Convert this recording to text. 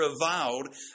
reviled